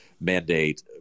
mandate